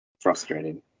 frustrating